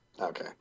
Okay